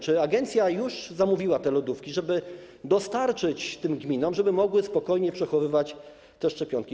Czy agencja już zamówiła te lodówki, żeby dostarczyć tym gminom, żeby mogły spokojnie przechowywać te szczepionki?